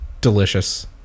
Delicious